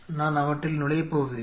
நான் அவற்றில் நுழையப்போவதில்லை